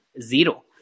zero